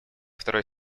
второй